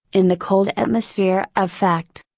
in the cold atmosphere of fact.